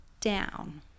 down